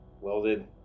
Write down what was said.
welded